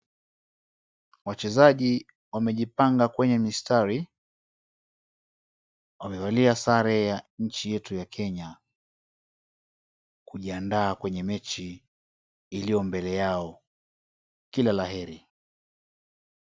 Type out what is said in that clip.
Wachezaji wamejipanga kwenye mistari, wamevalia sare ya nchi yetu ya kenya kujiandaa kwenye mechi iliyo mbele yao kilalaheri.